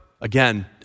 again